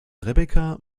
rebecca